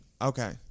Okay